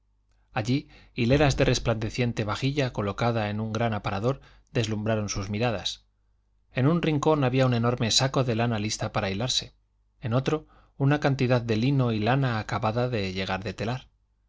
allí hileras de resplandeciente vajilla colocada en un gran aparador deslumbraron sus miradas en un rincón había un enorme saco de lana lista para hilarse en otro una cantidad de lino y lana acabada de llegar del telar